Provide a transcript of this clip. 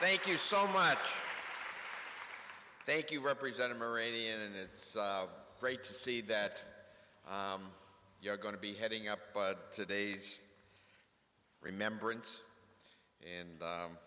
thank you so much thank you represent a moravian and it's great to see that you're going to be heading up but today's remembrance and